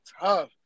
tough